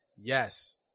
Yes